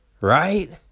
Right